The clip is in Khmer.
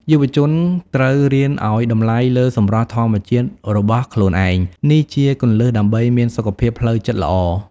យុវជនត្រូវរៀនឱ្យតម្លៃលើសម្រស់ធម្មជាតិរបស់ខ្លួនឯង នេះជាគន្លឹះដើម្បីមានសុខភាពផ្លូវចិត្តល្អ។